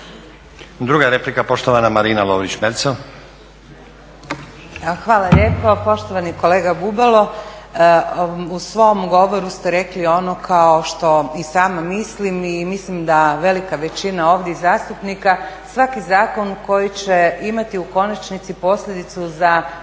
**Lovrić Merzel, Marina (Nezavisni)** Hvala lijepo. Poštovani kolega Bubalo, u svom govoru ste rekli ono kao što i sama mislim i mislim da velika većina ovdje zastupnika svaki zakon koji će imati u konačnici posljedicu za